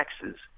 taxes